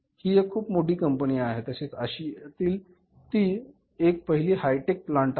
ही एक खूप मोठी कंपनी आहे तसेच आशियातील तो पहिला हाय टेक प्लांट आहे